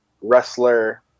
wrestler